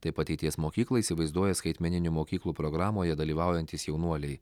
taip ateities mokyklą įsivaizduoja skaitmeninių mokyklų programoje dalyvaujantys jaunuoliai